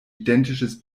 identischen